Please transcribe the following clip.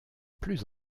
plus